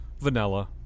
vanilla